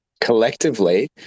collectively